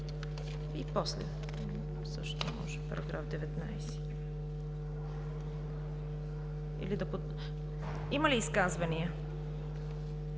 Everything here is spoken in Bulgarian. Има ли изказвания?